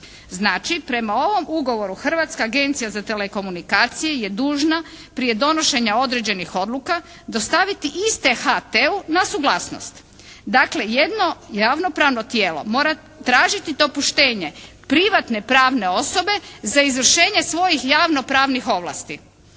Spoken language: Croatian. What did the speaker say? Znači prema ovom ugovoru Hrvatska agencija za telekomunikacije je dužna prije donošenja određenih odluka dostaviti iste HT-u na suglasnost. Dakle jedno javnopravno tijelo mora tražiti dopuštenje privatne pravne osobe za izvršenje svojih javnopravnih ovlasti.